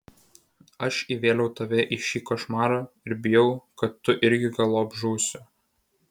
aš įvėliau tave į šį košmarą ir bijau kad tu irgi galop žūsi